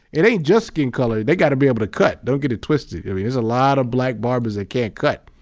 it ain't just skin color. they got to be able to cut, don't get it twisted. there's a lot of black barbers that can't cut.